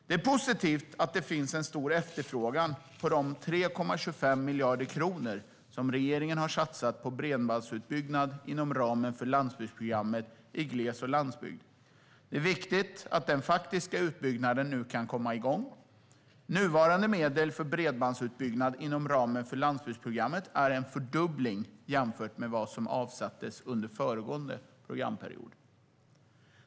Det är positivt att det finns en stor efterfrågan på de 3,25 miljarder kronor som regeringen har satsat på bredbandsutbyggnad inom ramen för landsbygdsprogrammet i gles och landsbygd. Det är viktigt att den faktiska utbyggnaden nu kan komma igång. Nuvarande medel för bredbandsutbyggnad inom ramen för landsbygdsprogrammet är en fördubbling jämfört med vad som avsattes under föregående programperiod.